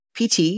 PT